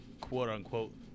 quote-unquote